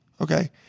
Okay